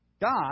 God